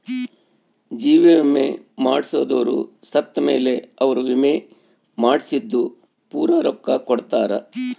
ಜೀವ ವಿಮೆ ಮಾಡ್ಸದೊರು ಸತ್ ಮೇಲೆ ಅವ್ರ ವಿಮೆ ಮಾಡ್ಸಿದ್ದು ಪೂರ ರೊಕ್ಕ ಕೊಡ್ತಾರ